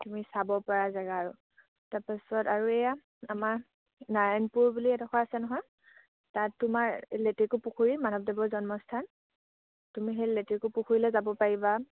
তুমি চাব পৰা জেগা আৰু তাৰপাছত আৰু এয়া আমাৰ নাৰায়ণপুৰ বুলি এডখৰ আছে নহয় তাত তোমাৰ লেটেকু পুখুৰী মাধৱদেৱৰ জন্মস্থান তুমি সেই লেটেকু পুখুৰীলে যাব পাৰিবা